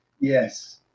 yes